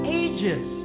ages